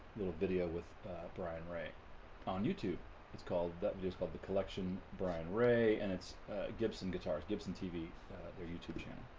little video with brian ray on youtube it's called that just called the collection brian ray and it's gibson guitars gibson tv their youtube channel